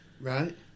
Right